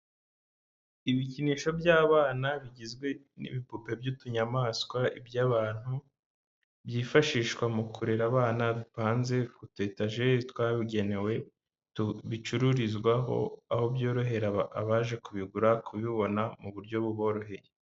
Ibikinisho by'abana bigizwe n'ibipupe by'utunyamaswa, iby'abantu, byifashishwa mu kurera abana, bipanze ku tu etajeli twabugenewe bicururizwaho aho byorohera abaje kubigura, kubibona mu buryo buboroheye.